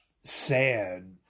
sad